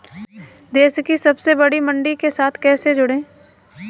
देश की सबसे बड़ी मंडी के साथ कैसे जुड़ें?